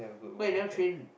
why you never train